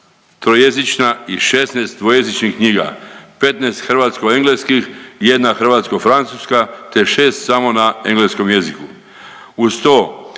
trojezična i 16 dvojezičnih knjiga, 15 hrvatsko-engleskih, 1 hrvatsko-francuska, te 6 samo na engleskom jeziku.